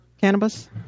cannabis